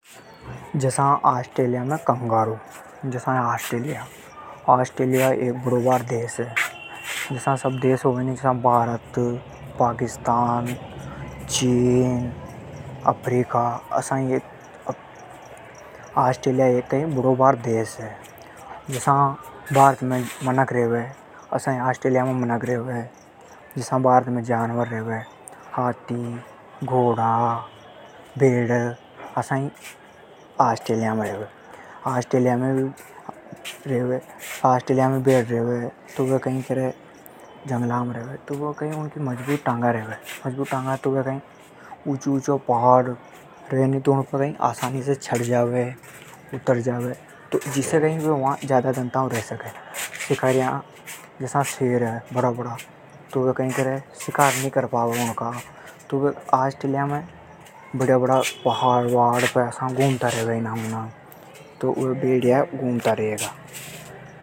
जसा ऑस्ट्रेलिया में kangaroo. Australia एक बड़ों भार देश है। जसा भारत में मनक रेवे उसा ही ऑस्ट्रेलिया में भी मनक रेवे। जसा भारत में जानवर हाथी, शेर, चीता उसा ही ऑस्ट्रेलिया में कंगारू पायो जावे। शेर भी पायो जावे। ऑस्ट्रेलिया में जंगल में घूमता रेवे।